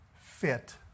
fit